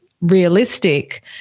realistic